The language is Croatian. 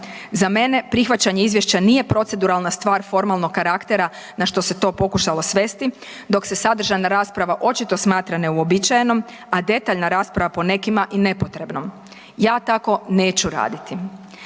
Za mene prihvaćanje izvješća nije proceduralna stvar formalnog karaktera na što se to pokušalo svesti dok se sadržajna rasprava očito smatra neuobičajenom, a detaljna rasprava po nekim i nepotrebnom. Ja tako neću raditi.